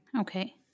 Okay